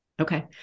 Okay